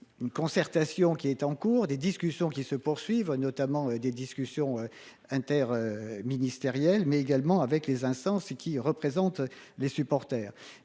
une concertation qui est en cours. Des discussions qui se poursuivent notamment des discussions inter-. Ministérielles mais également avec les instances qui représente les supporters